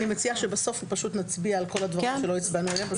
אני מציעה שבסוף פשוט נצביע על כל הדברים שלא הצבענו עליהם.